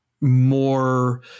more